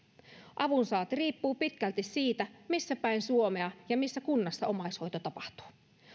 avun saanti riippuu pitkälti siitä missä päin suomea ja missä kunnassa omaishoito tapahtuu